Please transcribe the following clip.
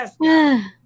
yes